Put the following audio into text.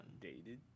Dated